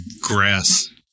grass